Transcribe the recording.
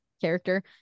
character